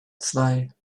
zwei